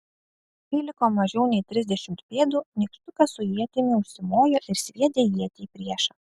kai liko mažiau nei trisdešimt pėdų nykštukas su ietimi užsimojo ir sviedė ietį į priešą